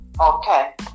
Okay